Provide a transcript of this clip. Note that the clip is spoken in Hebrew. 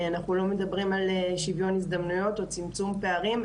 אנחנו לא מדברים על שוויון הזדמנויות או צמצום פערים,